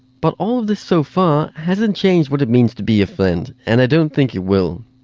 but all this so far hasn't changed what it means to be a friend, and i don't think it will.